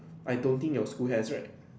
I don't think your school has right